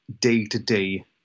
day-to-day